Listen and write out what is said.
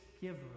giver